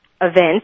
event